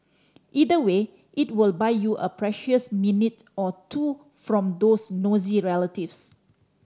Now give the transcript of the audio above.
either way it will buy you a precious minute or two from those nosy relatives